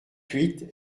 huit